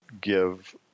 give